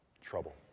Trouble